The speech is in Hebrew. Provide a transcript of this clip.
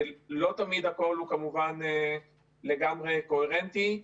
לא תמיד הכול הוא כמובן לגמרי קוהרנטי.